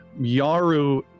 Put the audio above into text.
Yaru